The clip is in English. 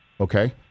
Okay